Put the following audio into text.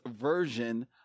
version